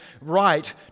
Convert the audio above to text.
right